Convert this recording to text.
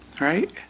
right